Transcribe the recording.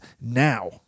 now